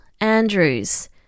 Andrews